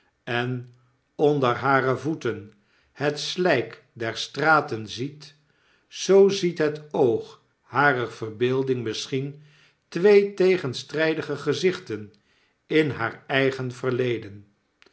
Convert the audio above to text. en onder hare voeten het sip der straten ziet zoo ziet het oog harer verbeelding misschien twee tegenstrydige gezichten in haar eigen verleden